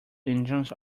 engines